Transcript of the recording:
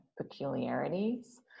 peculiarities